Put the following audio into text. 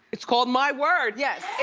it's called, my word. yes.